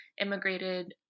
immigrated